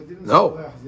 No